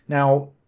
now